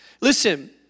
Listen